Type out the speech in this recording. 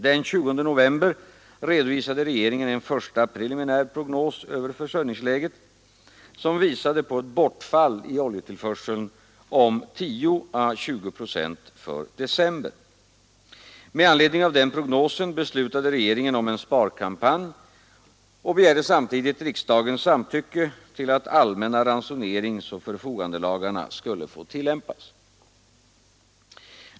Den 20 november redovisade regeringen en första preliminär prognos över försörjningsläget som visade på ett bortfall i oljetillförseln om 10—20 procent för december. Med anledning av denna prognos beslutade regeringen om en sparkampanj samt begärde riksdagens samtycke till att allmänna ransoneringsoch förfogandelagarna skulle få tillämpas.